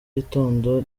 gitondo